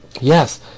Yes